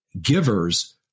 givers